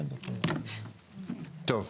טוב.